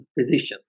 physicians